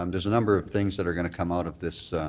um there's a number of things that are going to come out of this